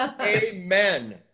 Amen